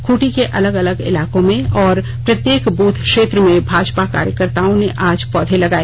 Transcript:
खूटी के अलग अलग इलाकों में और प्रत्येक ब्रथ क्षेत्र में भाजपा कार्यकत्ताओं ने आज पौधे लगाए